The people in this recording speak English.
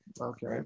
Okay